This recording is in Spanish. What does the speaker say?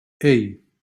hey